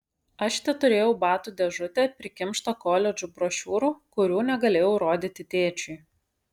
aš teturėjau batų dėžutę prikimštą koledžų brošiūrų kurių negalėjau rodyti tėčiui